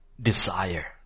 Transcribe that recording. desire